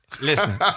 Listen